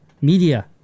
Media